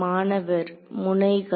மாணவர் முனைகள்